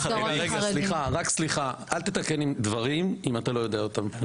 סליחה אל תתקן דברים אם אתה לא יודע אותם,